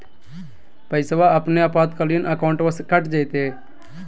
पैस्वा अपने आपातकालीन अकाउंटबा से कट जयते?